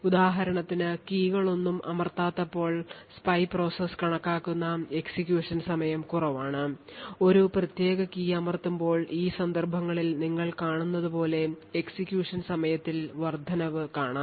ഉദാഹരണത്തിന് കീകളൊന്നും അമർത്താത്തപ്പോൾ സ്പൈ പ്രോസസ് കണക്കാക്കുന്ന എക്സിക്യൂഷൻ സമയം കുറവാണ് ഒരു പ്രത്യേക കീ അമർത്തുമ്പോൾ ഈ സന്ദർഭങ്ങളിൽ നിങ്ങൾ കാണുന്നതുപോലെ എക്സിക്യൂഷൻ സമയത്തിൽ വർദ്ധനവ് കാണാം